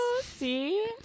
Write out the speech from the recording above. See